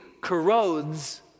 corrodes